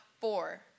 four